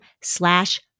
slash